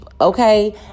okay